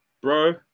bro